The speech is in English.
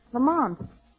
Lamont